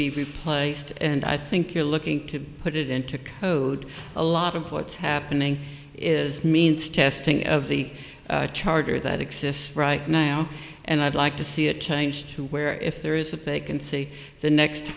be replaced and i think you're looking to put it into code a lot of what's happening is means testing of the charter that exists right now and i'd like to see a change to where if there is a vacancy the next